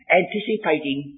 anticipating